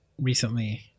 recently